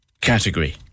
category